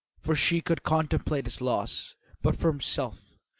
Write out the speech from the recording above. for she could contemplate its loss but for himself,